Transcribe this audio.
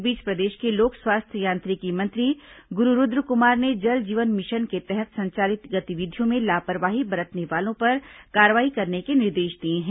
इस बीच प्रदेश के लोक स्वास्थ्य यांत्रिकी मंत्री गुरू रूद्रकुमार ने जल जीवन मिशन के तहत संचालित गतिविधियों में लापरवाही बरतने वालों पर कार्रवाई करने के निर्देश दिए हैं